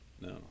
no